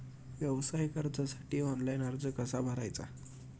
व्यवसाय कर्जासाठी ऑनलाइन अर्ज कसा भरायचा?